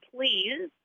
please